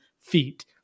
feet